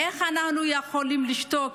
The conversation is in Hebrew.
איך אנחנו יכולים לשתוק?